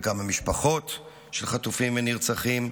חלקם ממשפחות של חטופים ונרצחים.